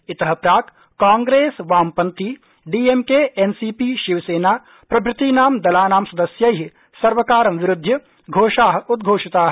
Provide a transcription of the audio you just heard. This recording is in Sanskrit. इत प्राक् कांप्रेस वामपन्थी डी मिके उसीपी शिवसेना प्रभृतीनां दलानां सदस्यै सर्वकारं विरूध्य घोषा उद्वोषिता